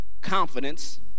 confidence